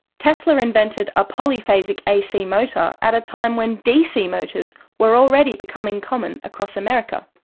tesla invented a polyphasic ac motor at a time when dc motors were already becoming common across america.